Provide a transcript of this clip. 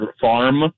farm